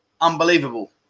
Unbelievable